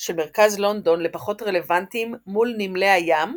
של מרכז לונדון לפחות רלוונטיים מול נמלי הים,